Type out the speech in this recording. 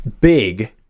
big